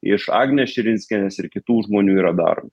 iš agnės širinskienės ir kitų žmonių yra daromi